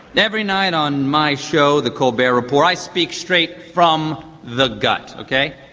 every night on my show, the colbert report, i speak straight from the gut, okay?